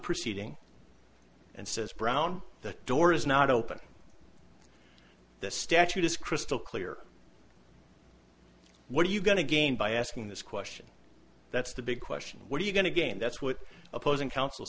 proceeding and says brown the door is not open the statute is crystal clear what are you going to gain by asking this question that's the big question what are you going to gain that's what opposing counsel